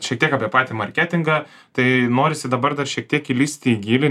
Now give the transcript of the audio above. šiek tiek apie patį marketingą tai norisi dabar dar šiek tiek įlįsti į gylį